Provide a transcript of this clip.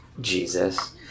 Jesus